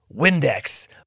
Windex